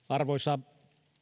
arvoisa